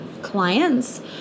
clients